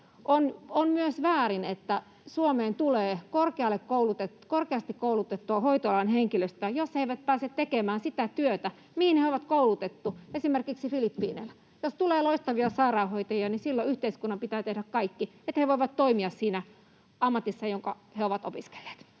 on myös väärin, jos Suomeen tulee korkeasti koulutettua hoitoalan henkilöstöä ja he eivät pääse tekemään sitä työtä, mihin heidät on koulutettu, esimerkiksi Filippiineillä. Jos tulee loistavia sairaanhoitajia, niin silloin yhteiskunnan pitää tehdä kaikkensa, että he voivat toimia siinä ammatissa, jonka he ovat opiskelleet.